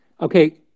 Okay